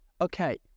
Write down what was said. Okay